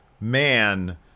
man